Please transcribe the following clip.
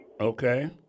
okay